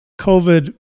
COVID